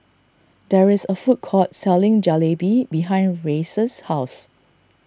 there is a food court selling Jalebi behind Reyes' house